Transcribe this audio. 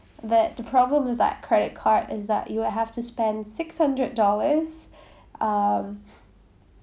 but the problem with that credit card is that you will have to spend six hundred dollars um